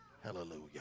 Hallelujah